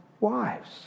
wives